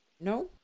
No